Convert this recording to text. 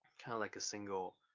kind of like a single